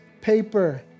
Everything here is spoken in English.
paper